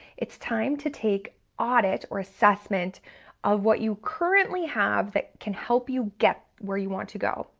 it's time to take audit or assessment of what you currently have that can help you get where you want to go,